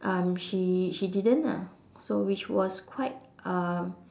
um she she didn't ah so which was quite um